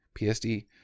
PSD